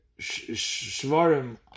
Shvarim